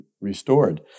restored